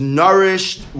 nourished